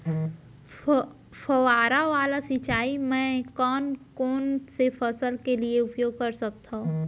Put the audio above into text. फवारा वाला सिंचाई मैं कोन कोन से फसल के लिए उपयोग कर सकथो?